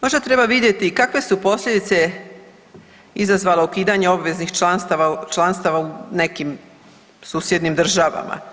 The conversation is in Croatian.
Možda treba vidjeti kakve su posljedice izazvale ukidanje obveznih članstava u nekim susjednim državama.